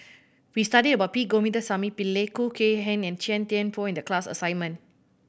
we studied about P Govindasamy Pillai Khoo Kay Hian and Chia Thye Poh in the class assignment